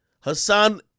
Hassan